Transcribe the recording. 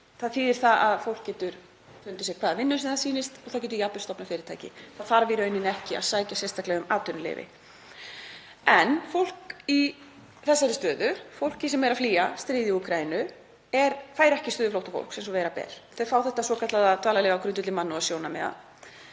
Það þýðir að fólk getur fundið sér hvaða vinnu sem því sýnist og það getur jafnvel stofnað fyrirtæki. Það þarf í rauninni ekki að sækja sérstaklega um atvinnuleyfi. En fólk í þessari stöðu, fólk sem er að flýja stríð í Úkraínu, fær ekki stöðu flóttafólks eins og vera ber. Þau fá þetta svokallaða dvalarleyfi á grundvelli mannúðarsjónarmiða.